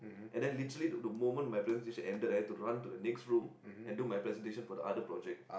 and then literally the moment my presentation ended I had to run to the next room and do my presentation for the other project